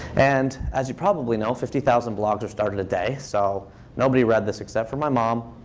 and as you probably know, fifty thousand blogs are started a day. so nobody read this except for my mom.